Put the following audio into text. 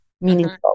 meaningful